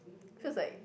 feels like